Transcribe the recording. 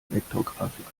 vektorgrafik